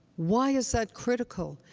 why is that critical?